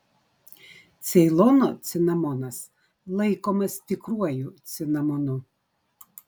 ceilono cinamonas laikomas tikruoju cinamonu